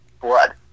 blood